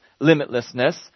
limitlessness